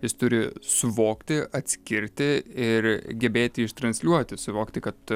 jis turi suvokti atskirti ir gebėti ištransliuoti suvokti kad